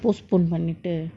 postpone பன்னிட்டு:pannitu